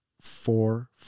four